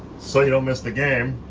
so you don't miss the game.